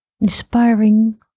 inspiring